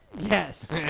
Yes